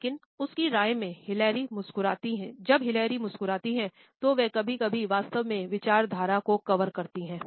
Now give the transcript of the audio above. लेकिन उसकी राय में जब हिलैरी मुस्कुराती है तो वह कभी कभी वास्तव में विचारधारा को कवर करती है